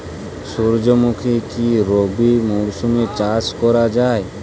সুর্যমুখী কি রবি মরশুমে চাষ করা যায়?